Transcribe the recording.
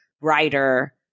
writer